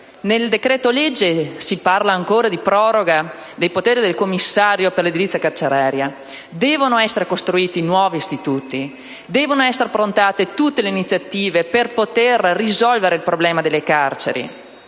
Nel decreto‑legge si parla ancora di proroga dei poteri del commissario per l'edilizia carceraria. Devono essere costruiti nuovi istituti, devono essere approntate tutte le iniziative atte a risolvere il problema delle carceri,